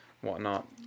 whatnot